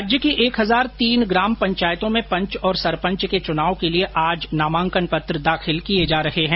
प्रदेश की एक हज़ार तीन ग्राम पंचायतों में पंच और सरपंच के चुनाव के लिए आज नामांकन पत्र दाखिल किए जा रहे हैं